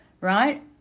right